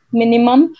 minimum